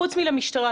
חוץ מלמשטרה,